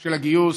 של הגיוס,